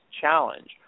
challenge